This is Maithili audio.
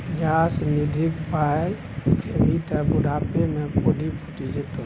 न्यास निधिक पाय खेभी त बुढ़ापामे कोढ़ि फुटि जेतौ